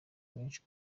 benshi